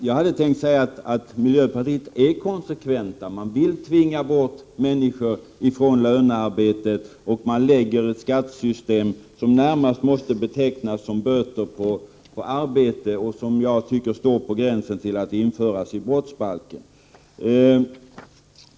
Jag hade tänkt säga att miljöpartiet är konsekvent, man vill tvinga bort människor ifrån lönearbete, och man föreslår ett skattesystem som närmast måste betecknas som böter på arbete och som jag tycker är på gränsen till att införas i brottsbalken.